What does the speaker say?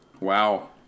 Wow